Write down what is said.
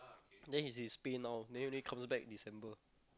then is his pay now then he only comes back December